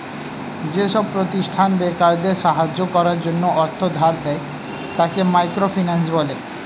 যেসব প্রতিষ্ঠান বেকারদের সাহায্য করার জন্য অর্থ ধার দেয়, তাকে মাইক্রো ফিন্যান্স বলে